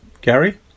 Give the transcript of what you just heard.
Gary